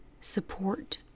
support